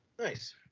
Nice